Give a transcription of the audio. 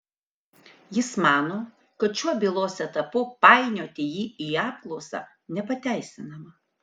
jis mano kad šiuo bylos etapu painioti jį į apklausą nepateisinama